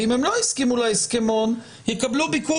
ואם הם לא הסכימו להסכמון יקבלו ביקור